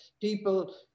people